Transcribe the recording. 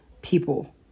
people